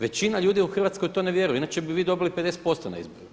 Većina ljudi u Hrvatskoj to ne vjeruje inače bi vi dobili 50% na izbore.